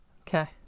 Okay